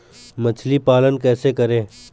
मछली पालन कैसे करें?